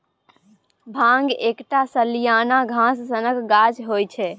भांग एकटा सलियाना घास सनक गाछ होइ छै